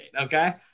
Okay